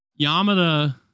Yamada